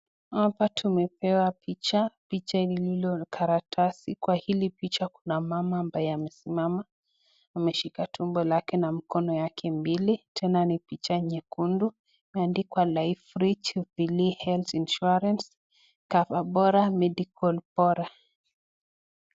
Hapa tumepewa picha picha lililo karatasi kwa hili picha kuna mama ambaye amesimama ameshika tumbo lake na mikono yake mbili tena ni picha nyekundu imeandikwa life rich vili insurance cover bora medical bora.